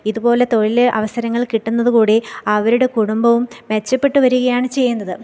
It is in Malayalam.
ഇതുപോലെ തൊഴിൽ അവസരങ്ങൾ കിട്ടുന്നത് കൂടി അവരുടെ കുടുംബവും മെച്ചപ്പെട്ട് വരികയാണ് ചെയ്യുന്നത്